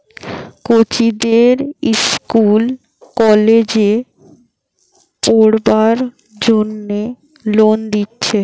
কচিদের ইস্কুল কলেজে পোড়বার জন্যে লোন দিচ্ছে